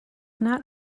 not